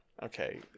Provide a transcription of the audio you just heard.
Okay